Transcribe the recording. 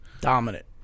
Dominant